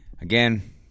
Again